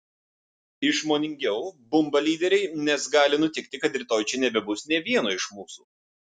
išmoningiau bumba lyderiai nes gali nutikti kad rytoj čia nebebus nė vieno iš mūsų